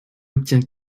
obtient